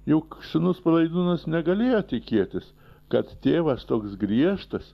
juk sūnus palaidūnas negalėjo tikėtis kad tėvas toks griežtas